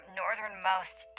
northernmost